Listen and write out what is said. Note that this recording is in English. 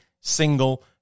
single